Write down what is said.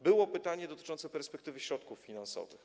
Było pytanie dotyczące perspektywy środków finansowych.